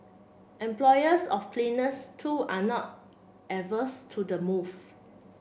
employers of cleaners too are not averse to the move